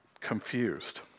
confused